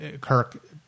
Kirk